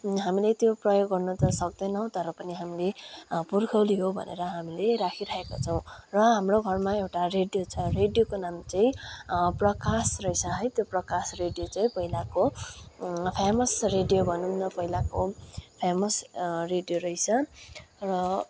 हामीले त्यो प्रयोग गर्नु त सक्दैनौँ तर पनि हामीले पुर्ख्यौली हो भनेर हामीले राखिराखेका छौँ र हाम्रो घरमा एउटा रेडियो छ रेडियोको नाम चाहिँ प्रकाश रहेछ है त्यो प्रकाश रेडियो चाहिँ पहिलाको फेमस् रेडियो भनौँ न पहिलाको फेमस् रेडियो रहेछ र